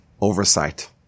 oversight